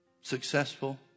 Successful